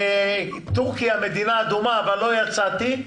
וטורקיה מדינה אדומה אבל לא יצאתי?